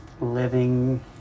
living